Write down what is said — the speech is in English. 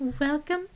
Welcome